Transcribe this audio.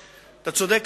אתה צודק.